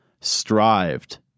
strived